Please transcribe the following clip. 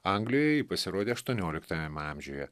anglijoj ji pasirodė aštuonioliktajam amžiuje